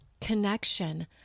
connection